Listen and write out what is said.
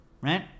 right